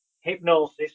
hypnosis